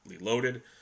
loaded